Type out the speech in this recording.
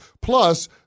plus